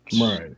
Right